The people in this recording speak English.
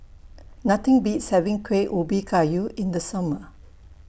Nothing Beats having Kueh Ubi Kayu in The Summer